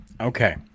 okay